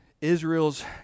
Israel's